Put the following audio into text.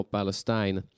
Palestine